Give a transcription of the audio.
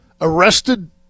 Arrested